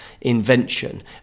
invention